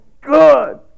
good